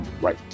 right